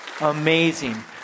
Amazing